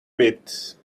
bit